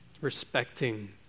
respecting